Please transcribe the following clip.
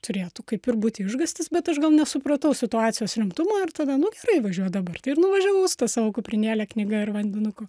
turėtų kaip ir būti išgąstis bet aš gal nesupratau situacijos rimtumo ir tada nu gerai važiuoju dabar tai ir nuvažiavau su ta savo kuprinėle knyga ir vandenuku